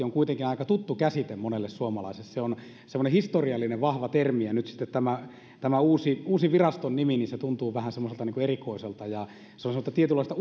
on kuitenkin aika tuttu käsite monelle suomalaiselle se on semmoinen historiallinen vahva termi nyt kun sitten tämä tämä uusi uusi viraston nimi tuntuu vähän semmoiselta erikoiselta ja se on semmoista tietynlaista